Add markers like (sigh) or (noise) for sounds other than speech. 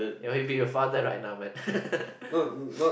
you know he will be your father right now man (laughs)